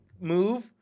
move